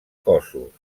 cossos